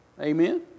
Amen